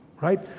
Right